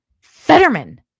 Fetterman